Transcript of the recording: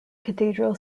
cathedral